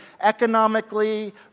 economically